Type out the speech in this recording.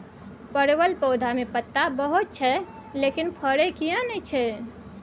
परवल पौधा में पत्ता बहुत छै लेकिन फरय किये नय छै?